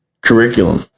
curriculum